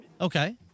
Okay